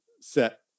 set